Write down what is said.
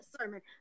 sermon